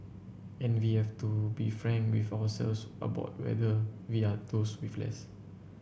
and we have to be frank with ourselves about whether we are those with less